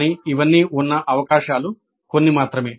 కానీ ఇవన్నీ ఉన్న అవకాశాలు కొన్ని మాత్రమే